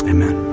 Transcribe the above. Amen